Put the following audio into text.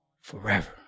forever